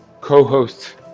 co-host